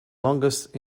longest